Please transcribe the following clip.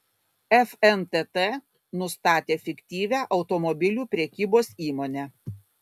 fntt nustatė fiktyvią automobilių prekybos įmonę